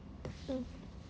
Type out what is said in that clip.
mm